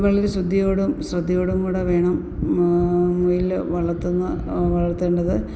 വളരെ ശുദ്ധിയോടും ശ്രദ്ധയോടും കൂടെ വേണം മുയല് വളർത്ത് വളർത്തേണ്ടത്